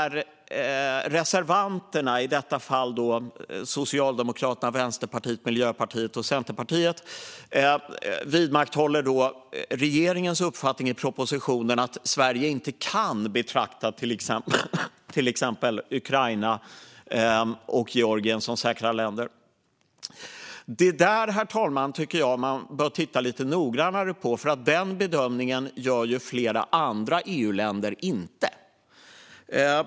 Reservanterna, i detta fall Socialdemokraterna, Vänsterpartiet, Miljöpartiet och Centerpartiet, vidmakthåller regeringens uppfattning i propositionen att Sverige inte kan betrakta till exempel Ukraina och Georgien som säkra länder. Det där tycker jag att man bör titta lite noggrannare på, herr talman, för den bedömningen gör flera andra EU-länder inte .